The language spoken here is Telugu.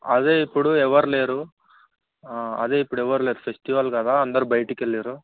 అదే ఇప్పుడు ఎవరూ లేరు అదే ఇప్పుడు ఎవరు లేరు ఫెస్టివల్ కదా అందరు బయటకి వెళ్ళారు